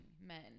men